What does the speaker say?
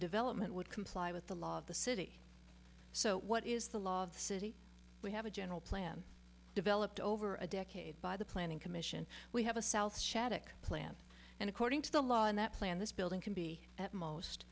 development would comply with the law of the city so what is the law of the city we have a general plan developed over a decade by the planning commission we have a south shattuck plan and according to the law in that plan this building can be at most